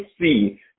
see